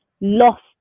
lost